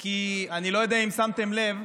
כי אני לא יודע אם שמתם לב,